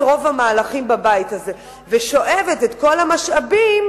רוב המהלכים בבית הזה ושואבת את כל המשאבים,